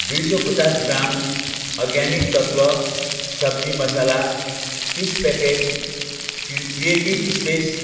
दुई सय पचास ग्राम अर्ग्यानिक तत्त्व सब्जी मसाला तिस प्याकेट किर क्रिएटिभ स्पेस